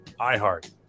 iHeart